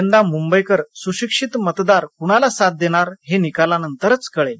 यंदा मुंबईकर सुशिक्षित मतदार कणाला साथ देणार हे निकालानंतरच कळेल